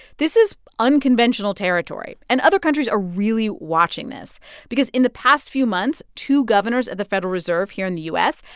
this is unconventional territory. and other countries are really watching this because in the past few months, two governors of the federal reserve here in the u s.